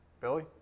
Billy